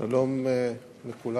שלום לכולם.